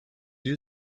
you